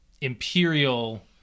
imperial